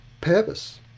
Purpose